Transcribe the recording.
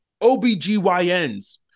OBGYNs